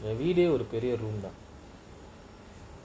the video the career room